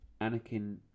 Anakin